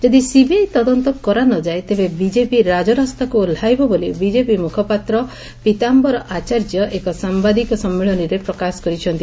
ଯଦି ସିବିଆଇ ତ୍ଦନ୍ତ କରା ନ ଯାଏ ତେବେ ବିଜେପି ରାଜରାସ୍ତାକୁ ଓହ୍ଲାଇବ ବୋଲି ବିଜେପି ମୁଖପାତ୍ର ପୀତାୟର ଆଚାର୍ଯ୍ୟ ଏକ ସାମ୍ଘାଦିକ ସମ୍ମିଳନୀରେ ଅଭିଯୋଗ ପ୍ରକାଶକରିଛନ୍ତି